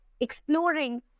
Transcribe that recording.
exploring